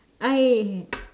I